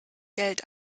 geld